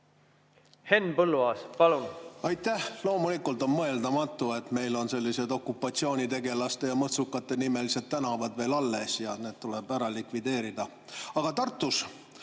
Henn Põlluaas, palun! Aitäh! Loomulikult on mõeldamatu, et meil on sellised okupatsioonitegelaste ja mõrtsukate nime kandvad tänavad veel alles. Ja need tuleb ära likvideerida. Aga Tartus